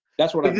that's what i've